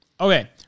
Okay